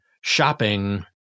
shopping